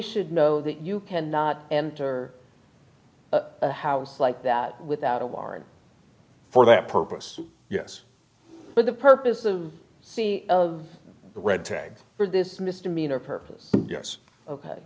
should know that you cannot enter a house like that without a warrant for that purpose yes but the purpose of the c of the red tag for this misdemeanor purpose yes ok